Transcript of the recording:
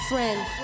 friend